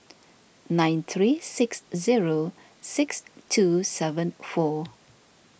nine three six zero six two seven four